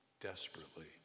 desperately